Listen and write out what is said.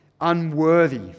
unworthy